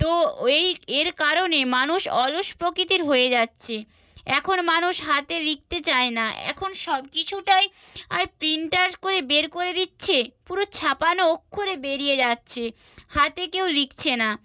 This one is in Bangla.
তো এই এর কারণে মানুষ অলস প্রকৃতির হয়ে যাচ্ছে এখন মানুষ হাতে লিখতে চায় না এখন সবকিছুটাই আর প্রিন্টার করে বের করে দিচ্ছে পুরো ছাপানো অক্ষরে বেরিয়ে যাচ্ছে হাতে কেউ লিখছে না